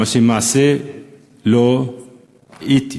מה שלמעשה לא אתי,